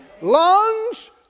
Lungs